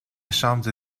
chambre